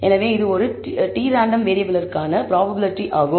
எனவே இது ஒரு t ரேண்டம் வேறியபிளிற்கான ப்ராப்பபிலிட்டி ஆகும்